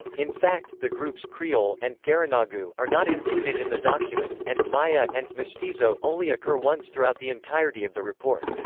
in fact, the groups creole and garinagu are not included in the document, and maya and mestizo only occur once throughout the entirety of the report.